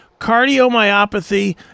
cardiomyopathy